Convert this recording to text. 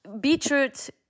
Beetroot